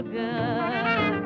good